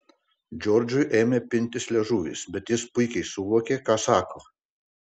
džordžui ėmė pintis liežuvis bet jis puikiai suvokė ką sako